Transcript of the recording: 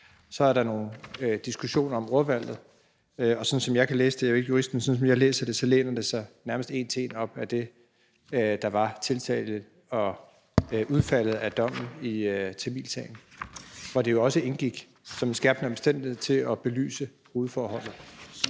Så er der nogle diskussioner om ordvalget. Jeg er jo ikke jurist, men sådan som jeg kan læse det, læner det sig nærmest en til en op ad det, der var tiltalen i og udfaldet af tamilsagen, hvor det også indgik som en skærpende omstændighed til at belyse hovedforholdet.